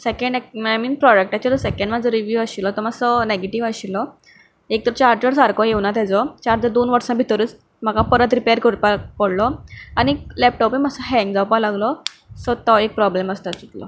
second I mean प्रोडाक्टाचेर second म्हजो review आशिल्लो तो मातसो नॅगेटीव आशिल्लो एक तर चार्जर सारको येवंकना ताजो चार्जर दोन वर्सा भितरूच म्हाका परत रिपेर करपाक पडलो आनी लॅपटोपय मातसो हॅंग जावपाक लागलो सो तो एक प्रोबलम आसा तातुंतलो